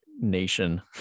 nation